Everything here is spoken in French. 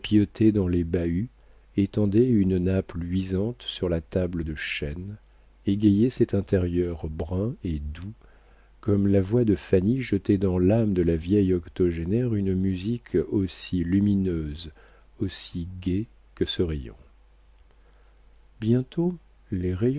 dans les bahuts étendait une nappe luisante sur la table de chêne égayait cet intérieur brun et doux comme la voix de fanny jetait dans l'âme de la vieille octogénaire une musique aussi lumineuse aussi gaie que ce rayon bientôt les